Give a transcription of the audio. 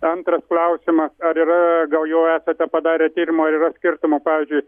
antras klausimas ar yra gal jau esate padarę tyrimų ar yra skirtumų pavyzdžiui